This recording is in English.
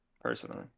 Personally